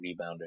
rebounder